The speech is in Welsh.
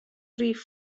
rif